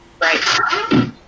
Right